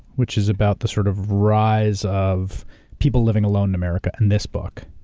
which is about the sort of rise of people living alone in america in this book,